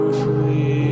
free